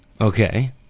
okay